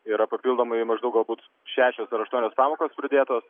yra papildomai maždaug galbūt šešios ar aštuonios pamokos pridėtos